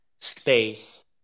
space